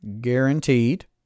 guaranteed